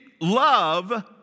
Love